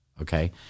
Okay